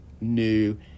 new